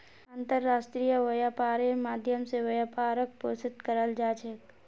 अन्तर्राष्ट्रीय व्यापारेर माध्यम स व्यापारक पोषित कराल जा छेक